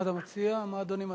מה אדוני מציע?